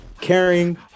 caring